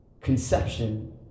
conception